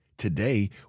Today